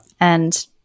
And-